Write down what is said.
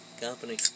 company